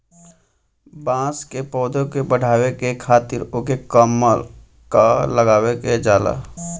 बांस के पौधा के बढ़ावे खातिर ओके कलम क के लगावल जाला